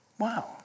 Wow